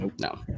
No